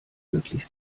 wirklich